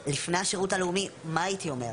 לפני השירות הלאומי מה הייתי אומר?